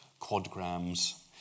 quadgrams